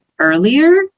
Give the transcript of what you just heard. Earlier